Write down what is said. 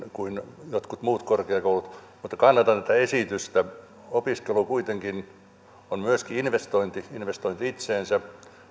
kuin jotkut muut korkeakoulut mutta kannatan tätä esitystä opiskelu kuitenkin on myöskin investointi investointi itseensä